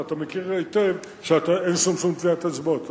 ואתה מכיר היטב שאין שם שום טביעת אצבעות.